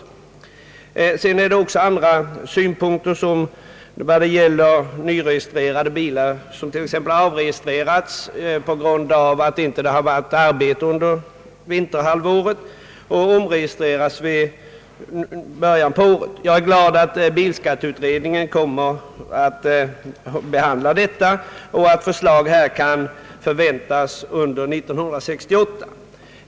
Vidare finns det en del synpunkter att lägga på frågan i vad det gäller omregistrerade bilar, som varit avregistrerade t.ex. på grund av att det inte funnits arbete under vinterhalvåret men sedan omregistrerats i början på året. Jag är glad att bilskatteutredningen kommer att behandla detta spörsmål och att förslag kan förväntas under 1968.